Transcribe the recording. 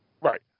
Right